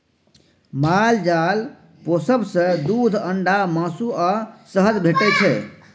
माल जाल पोसब सँ दुध, अंडा, मासु आ शहद भेटै छै